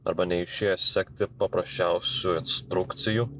arba neišėjo sekti paprasčiausių instrukcijų